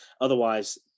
Otherwise